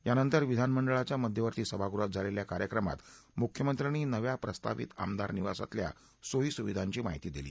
यानंतर विधानमंडळाच्या मध्यवर्ती सभागृहात झालेल्या कार्यक्रमात मुख्यमंत्र्यांनी नव्या प्रस्तावित आमदार निवासातल्या सोयी सुविधांची माहिती दिली